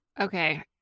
Okay